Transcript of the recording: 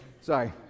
sorry